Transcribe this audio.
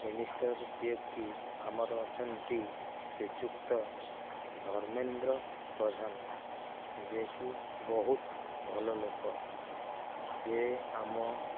minister ଯିଏ କି ଆମର ଅଛନ୍ତି ଶ୍ରୀଯୁକ୍ତ ଧର୍ମେନ୍ଦ୍ର ପ୍ରଧାନ ଯିଏ କି ବହୁତ ଭଲ ଲୋକ ଯେ ଆମ